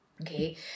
okay